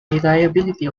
reliability